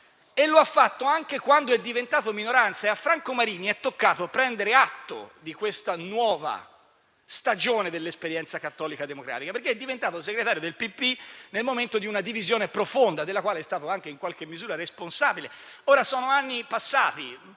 e lo ha fatto anche quando è diventato minoranza. A Franco Marini è toccato prendere atto di questa nuova stagione dell'esperienza cattolica democratica, perché è diventato segretario del PPI nel momento di una divisione profonda, della quale è stato anche in qualche misura responsabile. Sono anni passati,